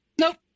Nope